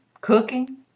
cooking